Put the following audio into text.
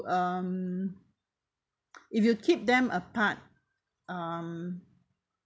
um if you keep them apart um